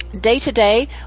day-to-day